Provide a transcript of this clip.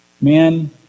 men